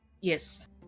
Yes